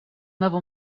level